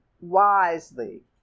wisely